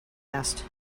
asked